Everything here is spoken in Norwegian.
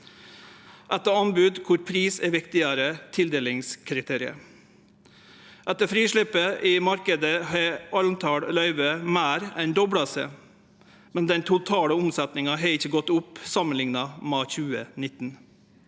etter anbod, der pris er eit viktig tildelingskriterium. Etter frisleppet i marknaden har talet på løyve meir enn dobla seg, men den totale omsetninga har ikkje gått opp samanlikna med 2019.